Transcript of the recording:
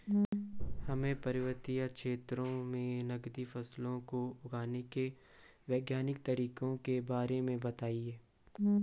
हमें पर्वतीय क्षेत्रों में नगदी फसलों को उगाने के वैज्ञानिक तरीकों के बारे में बताइये?